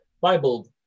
Bible